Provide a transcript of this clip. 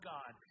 God